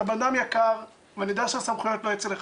אתה בן אדם יקר ואני יודע שהסמכויות לא אצלך.